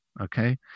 okay